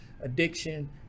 addiction